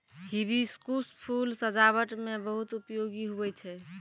hibiscus फूल सजाबट मे बहुत उपयोगी हुवै छै